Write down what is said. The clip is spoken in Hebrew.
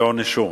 יוענשו.